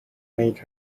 made